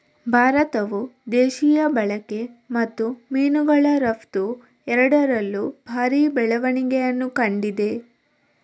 ಭಾರತವು ದೇಶೀಯ ಬಳಕೆ ಮತ್ತು ಮೀನುಗಳ ರಫ್ತು ಎರಡರಲ್ಲೂ ಭಾರಿ ಬೆಳವಣಿಗೆಯನ್ನು ಕಂಡಿದೆ